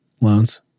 loans